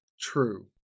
true